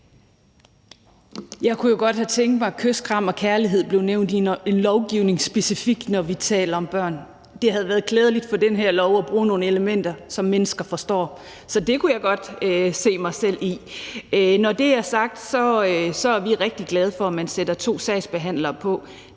Jeg kunne jo godt have tænkt mig at kys, kram og kærlighed blev nævnt i en lovgivning, specifikt når vi taler om børn. Det havde været klædeligt for den her lov at bruge nogle elementer, som mennesker forstår, så det kunne jeg godt se mig selv i. Når det er sagt, er vi rigtig glade for, at man sætter to sagsbehandlere på.